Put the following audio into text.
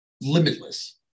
limitless